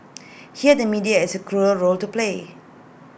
here the media has cruel role to play